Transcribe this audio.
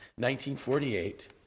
1948